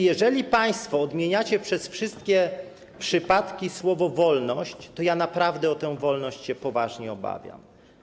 Jeżeli państwo odmieniacie przez wszystkie przypadki słowo „wolność”, to naprawdę o tę wolność poważnie się obawiam.